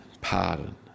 pardon